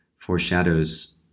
foreshadows